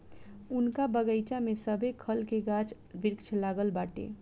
उनका बगइचा में सभे खल के गाछ वृक्ष लागल बाटे